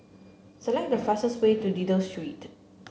select the fastest way to Dido Street